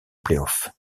playoffs